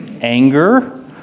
anger